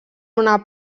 una